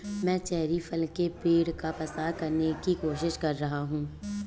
मैं चेरी फल के पेड़ का प्रसार करने की कोशिश कर रहा हूं